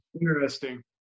Interesting